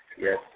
Yes